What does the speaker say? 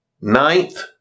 ninth